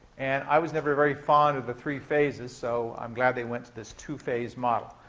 and i was never very fond of the three phases, so i'm glad they went to this two-phase model.